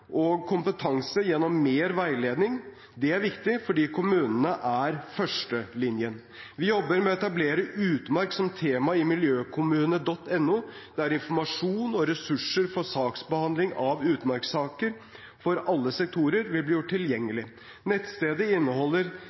og kompetanse gjennom mer veiledning. Det er viktig, fordi kommunene er førstelinjen. Vi jobber med å etablere utmark som tema i Miljøkommune.no, der informasjon og ressurser for saksbehandling av utmarkssaker for alle sektorer vil bli gjort tilgjengelig. Nettstedet inneholder